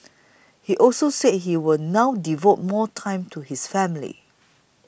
he also said he will now devote more time to his family